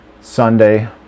Sunday